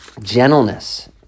gentleness